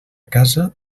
casa